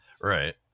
Right